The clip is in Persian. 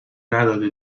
نداده